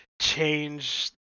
change